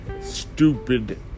stupid